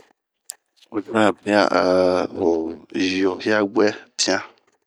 Zuɛn pian a yio hiabuɛ pian.